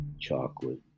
Chocolate